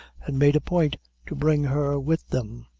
had made a point to bring her with them.